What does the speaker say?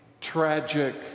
tragic